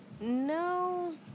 No